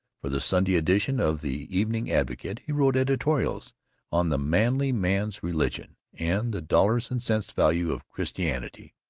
for the saturday edition of the evening advocate he wrote editorials on the manly man's religion and the dollars and sense value of christianity,